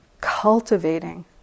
cultivating